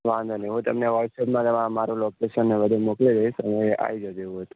વાંધો નહીં હું તમને વોટ્સએપ માં મારું લોકેશન ને બધું મોકલી દઇશ અને આવી જજો એવું હોય તો